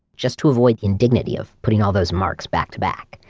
just to avoid the indignity of putting all those marks back to back.